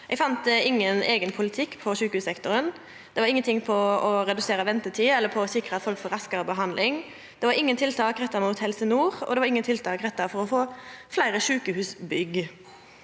Eg fann ingen eigen politikk på sjukehussektoren, det var ingenting om å redusera ventetid eller å sikra at folk får raskare behandling. Det var ingen tiltak retta mot Helse nord, og det var ingen tiltak retta mot å få fleire sjukehusbygg.